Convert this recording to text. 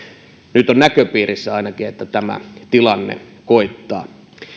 nyt on ainakin näköpiirissä että tämä tilanne koittaa